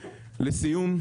לסיום,